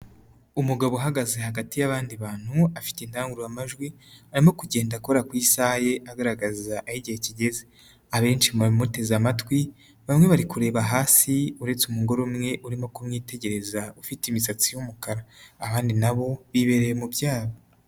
Umugabo uhagaze hagati y'abandi bantu afite indangururamajwi arimo kugenda akora ku isaha ye agaragaza aho igihe kigeze, abenshi mu bamuteze amatwi bamwe bari kureba hasi uretse umugore umwe urimo kumwitegereza ufite imisatsi y'umukara, abandi na bo bibereye mu byabo.